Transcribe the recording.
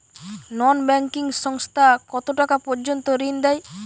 নন banking সংস্থা কতটাকা পর্যন্ত ঋণ দেয়?